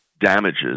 damages